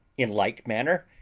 in like manner,